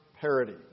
parity